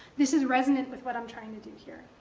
this is resonant with what i'm trying to do here,